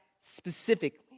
specifically